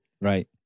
Right